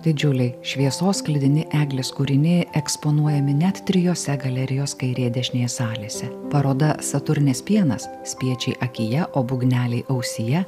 didžiuliai šviesos sklidini eglės kūriniai eksponuojami net trijose galerijos kairė dešinė salėse paroda saturnės pienas spiečiai akyje o būgneliai ausyje